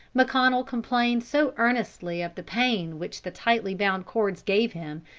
mcconnel complained so earnestly of the pain which the tightly bound cords gave him,